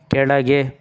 ಕೆಳಗೆ